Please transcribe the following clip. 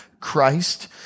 Christ